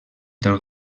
del